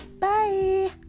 Bye